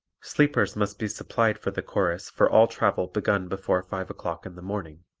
sleepers must be supplied for the chorus for all travel begun before five o'clock in the morning.